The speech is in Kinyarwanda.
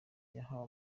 yahawe